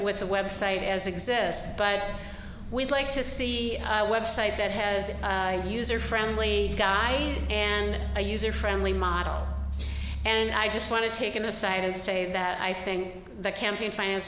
with the website as exists but we'd like to see a website that has user friendly guy and a user friendly model and i just want to take him aside and say that i think the campaign finance